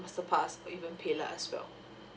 masterpass or even paylah as well